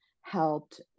helped